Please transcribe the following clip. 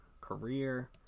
career